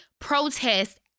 protest